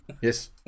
Yes